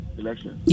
election